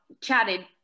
chatted